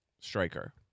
striker